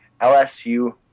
LSU